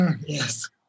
Yes